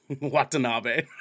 Watanabe